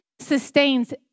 sustains